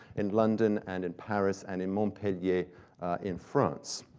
in london, and in paris, and in montpellier in france.